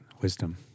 Wisdom